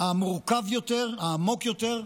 המורכב יותר, העמוק יותר,